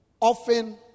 often